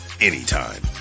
anytime